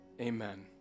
Amen